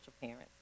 parents